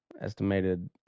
Estimated